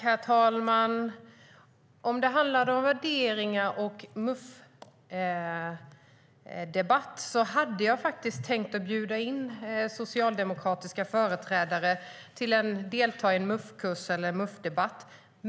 Herr talman! Om det handlade om värderingar och Mufdebatt hade jag tänkt bjuda in socialdemokratiska företrädare att delta i en Mufkurs eller en Mufdebatt.